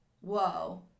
whoa